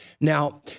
Now